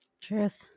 Truth